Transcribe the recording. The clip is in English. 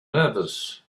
nervous